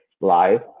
live